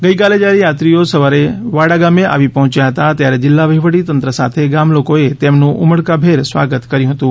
ગઇકાલે જ્યારે યાત્રીઓ સવારે વાડા ગામ આવી પહોંચ્યા ત્યારે જિલ્લા વહીવટી તંત્ર સાથે ગામલોકોએ તેમનું ઉમળકાભેર સ્વાગત કર્યું હતું